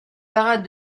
parade